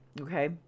okay